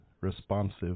responsive